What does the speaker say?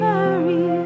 Mary